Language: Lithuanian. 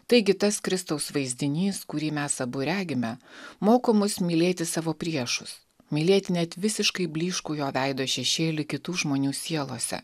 taigi tas kristaus vaizdinys kurį mes abu regime moko mus mylėti savo priešus mylėt net visiškai blyškų jo veido šešėlį kitų žmonių sielose